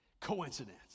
Coincidence